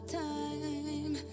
time